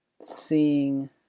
seeing